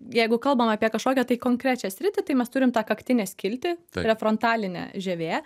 jeigu kalbam apie kažkokią tai konkrečią sritį tai mes turim tą kaktinę skiltį prefrontalinė žievė